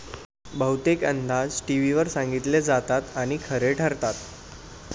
बहुतेक अंदाज टीव्हीवर सांगितले जातात आणि खरे ठरतात